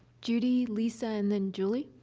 judy, lisa, and then julie.